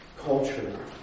Culture